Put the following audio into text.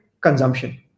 consumption